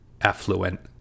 affluent